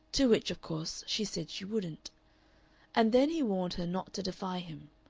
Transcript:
to which, of course, she said she wouldn't and then he warned her not to defy him,